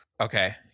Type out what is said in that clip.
Okay